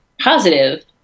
positive